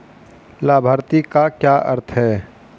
लाभार्थी का क्या अर्थ है?